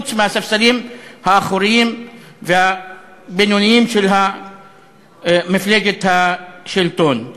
חוץ מהספסלים האחוריים והבינוניים של מפלגת השלטון.